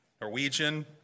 Norwegian